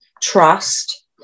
trust